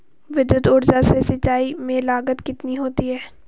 विद्युत ऊर्जा से सिंचाई में लागत कितनी होती है?